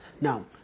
Now